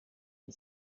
and